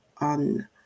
on